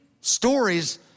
stories